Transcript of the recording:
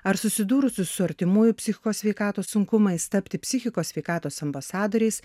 ar susidūrusius su artimųjų psichikos sveikatos sunkumais tapti psichikos sveikatos ambasadoriais